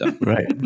Right